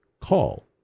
call